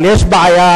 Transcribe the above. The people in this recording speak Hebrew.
אבל יש בעיה